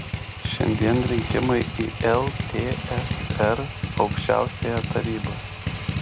šiandien rinkimai į ltsr aukščiausiąją tarybą